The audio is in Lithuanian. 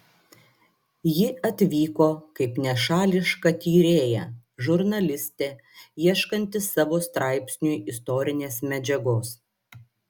ji atvyko kaip nešališka tyrėja žurnalistė ieškanti savo straipsniui istorinės medžiagos